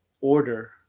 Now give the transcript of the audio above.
order